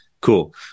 Cool